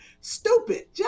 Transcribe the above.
stupid